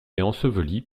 ensevelie